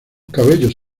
cabellos